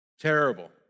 Terrible